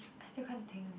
I still can't think